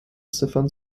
ziffern